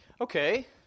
Okay